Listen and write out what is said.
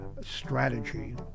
strategy